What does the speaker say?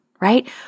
right